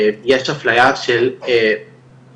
יש אפליה של טרנספוביה,